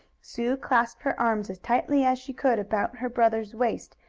sue clasped her arms as tightly as she could about her brother's waist,